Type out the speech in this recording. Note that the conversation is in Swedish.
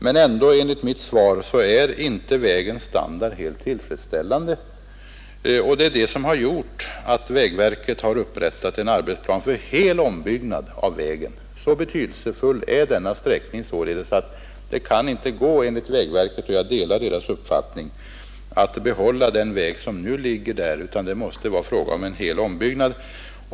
Men ändå är vägens standard, som framgår av mitt svar, inte helt tillfredsställande. Det är därför som vägverket har upprättat en arbetsplan för hel ombyggnad av vägen. Så betydelsefull är denna sträckning således, att den enligt vägverkets uppfattning — och jag delar den — inte går att behålla den väg som nu finns utan det måste bli hel ombyggnad.